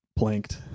planked